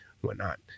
whatnot